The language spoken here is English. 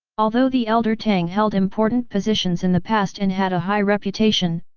although the elder tang held important positions in the past and had a high reputation,